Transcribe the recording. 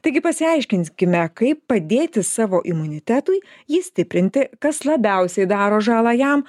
taigi pasiaiškinkime kaip padėti savo imunitetui jį stiprinti kas labiausiai daro žalą jam